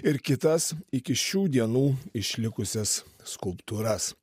ir kitas iki šių dienų išlikusias skulptūras